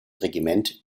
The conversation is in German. regiment